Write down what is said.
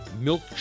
milk